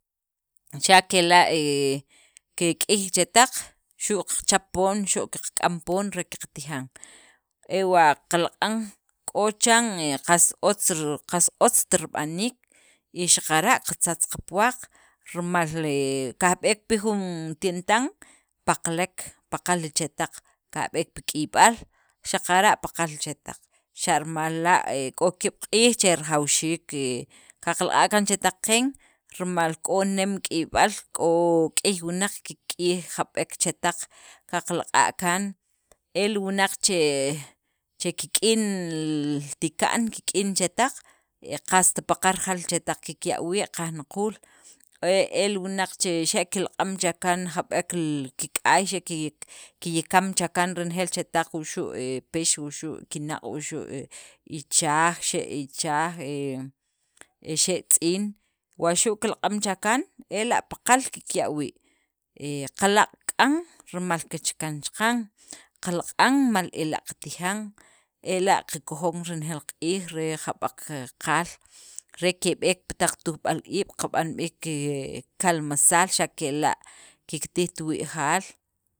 Xa' kela' he kek'iy chetaq, xu' qachap poon, xu' qaqk'am poon, re qatijan, e wa qalaq'an k'o chan qas otz ri qas ost rib'aniik, y xaqara' qazatz qapuwaq rimal he kajb'ek pi jun tientan paqalek, paqal li chetaq, kajb'eek pi k'iyb'al xaqara' paqal li chetaq, xa' rimal la' k'o ki'ab' q'iij che rajawxiik he qalaq'a kaan chetaq qeen rimal k'o nem k'iyb'al, k'o k'ey wunaq kikk'iyij jab'ek chetaq, qaqla'qa' kaan, e li wunaq che che kik'in li tika'n kik'in li chetaq, qast paqal rajaal li chetaq kikya' wii', qajnaquul, e li wunaq che xa' kilak'am cha kaan jab'ek li kik'ay, kiya kiyakam cha kaan renejeel li chetaq, wuxu' pex, wuxu' kinaq', wuxu' he ichaaj, xe' ichaaj, he xe' tz'iin wa xu' kilak'am cha kaan ela' paqal kikya' wii', qalaq' k'an rimal kichakan chaqan, qalaq'an mal ela' qatijan, ela' qakojon renejeel q'iij, re jab'ek qaal, re keb'eek pi taq tujb'al iib', qab'an b'iik kalmasaal xa' re kela' kiktijt wi'jaal.